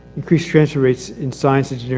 increased transfer rates in sciences,